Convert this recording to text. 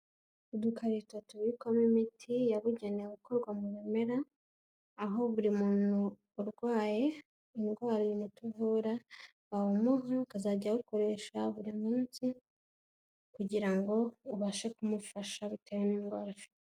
Udukarito tubikwamo imiti yabugenewe ikorwa mu bimera, aho buri muntu urwaye indwara uyu muti uvura, bawumuha akazajya awukoresha buri munsi, kugira ngo ubashe kumufasha bitewe n'indwara afite.